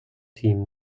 team